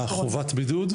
מה חובת בידוד?